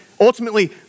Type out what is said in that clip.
ultimately